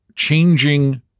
changing